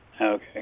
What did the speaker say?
Okay